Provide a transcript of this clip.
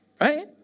right